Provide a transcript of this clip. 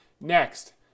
Next